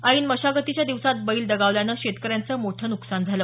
ऐन मशागतीच्या दिवसात बैल दगावल्यानं शेतकऱ्याचं मोठं न्कसान झालं